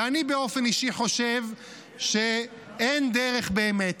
ואני באופן אישי חושב שאין דרך באמת,